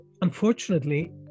Unfortunately